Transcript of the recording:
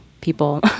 people